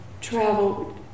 travel